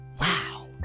Wow